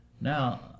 Now